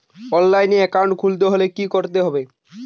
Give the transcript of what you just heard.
অনলাইনে একাউন্ট খুলতে হলে কি করতে হবে?